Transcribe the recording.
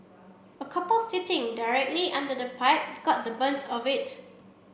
a couple sitting directly under the pipe got the brunt of it